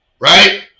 right